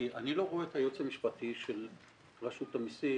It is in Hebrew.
כי אני לא רואה את היועץ המשפטי של רשות המיסים.